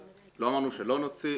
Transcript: לא אמרנו שלא נוציא,